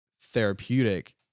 therapeutic